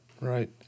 right